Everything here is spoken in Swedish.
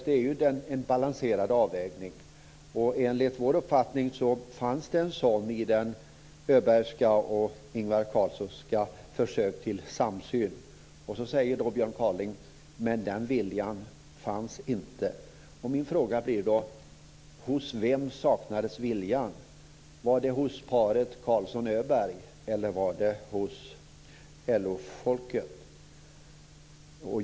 Ja, det är en balanserad avvägning. Enligt vår uppfattning fanns det en sådan i Svante Öbergs och Ingvar Carlssons försök till samsyn. Så säger Björn Kaaling att den viljan inte fanns. Min fråga blir då: Hos vem saknades viljan? Var det hos paret Carlsson-Öberg, eller var det hos LO folket?